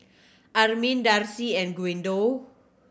Armin Darcy and Guido